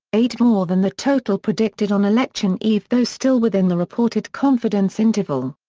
eight more than the total predicted on election eve though still within the reported confidence interval.